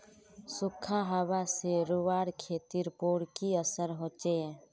सुखखा हाबा से रूआँर खेतीर पोर की असर होचए?